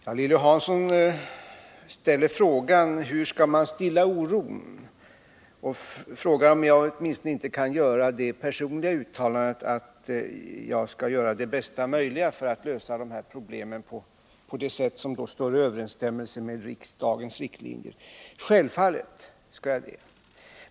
Herr talman! Lilly Hansson ställde frågan hur man skall kunna stilla oron och undrade, om jag inte åtminstone kunde göra det personliga uttalandet att jag skall göra mitt bästa för att lösa problemen på ett sätt som står i överensstämmelse med riksdagens riktlinjer. Självfallet skall jag det!